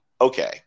Okay